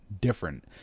different